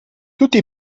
tutti